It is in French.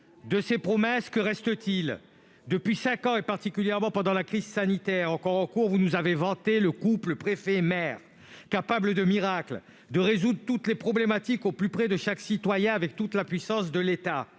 De ces promesses, que reste-t-il ? Depuis cinq ans, et particulièrement pendant la crise sanitaire encore en cours, vous avez vanté le couple préfet-maire, capable de miracles, de résoudre tous les problèmes, au plus près des citoyens, avec toute la puissance de l'État.